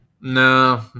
No